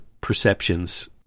perceptions